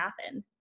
happen